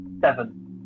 seven